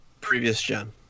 previous-gen